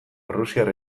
errusiar